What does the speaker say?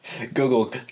Google